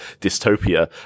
dystopia